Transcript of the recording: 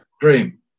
dream